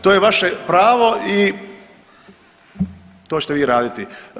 To je vaše pravo i to ćete vi raditi.